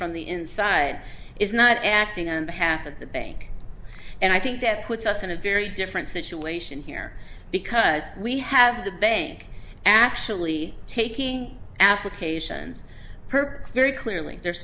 from the inside is not acting on behalf of the bank and i think that puts us in a very different situation here because we have the bank actually taking applications per very clearly there's